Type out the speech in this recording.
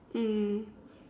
mm